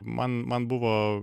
man man buvo